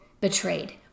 betrayed